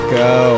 go